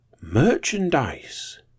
merchandise